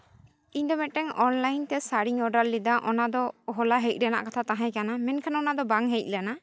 ᱤᱧ ᱫᱚ ᱢᱤᱫᱴᱟᱱ ᱚᱱᱞᱟᱭᱤᱱ ᱛᱮ ᱥᱟᱹᱲᱤᱧ ᱚᱰᱟᱨ ᱞᱮᱫᱟ ᱚᱱᱟ ᱫᱚ ᱦᱚᱞᱟ ᱦᱮᱡ ᱨᱮᱱᱟᱜ ᱠᱟᱛᱷᱟ ᱛᱟᱦᱮᱸ ᱠᱟᱱᱟ ᱢᱮᱱᱠᱷᱟᱱ ᱚᱱᱟ ᱫᱚ ᱵᱟᱝ ᱦᱮᱡ ᱞᱮᱱᱟ